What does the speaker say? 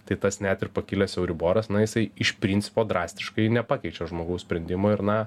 tai tas net ir pakilęs euriboras na jisai iš principo drastiškai nepakeičia žmogaus sprendimo ir na